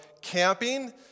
camping